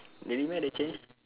really meh they change